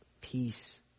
Peace